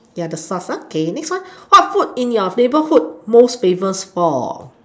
ya the sauce okay next one what food in your neighbourhood most famous for